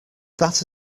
that